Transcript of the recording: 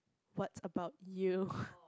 what about you